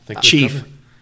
Chief